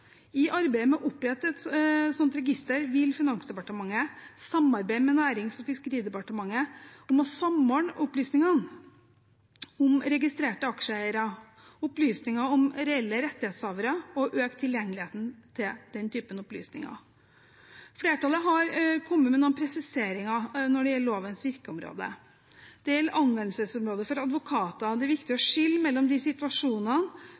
I arbeidet med å opprette et slikt register vil Finansdepartementet samarbeide med Nærings- og fiskeridepartementet om å samordne opplysningene om registrerte aksjeeiere og reelle rettighetshavere og øke tilgjengeligheten til den typen opplysninger. Flertallet har kommet med noen presiseringer når det gjelder lovens virkeområde. Når det gjelder anvendelsesområdet for advokater, er det viktig å skille mellom de situasjonene